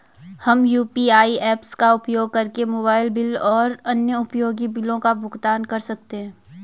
हम UPI apps का उपयोग करके मोबाइल बिल और अन्य उपयोगी बिलों का भुगतान कर सकते हैं